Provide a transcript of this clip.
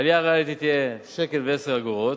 העלייה הריאלית תהיה שקל ו-10 אגורות,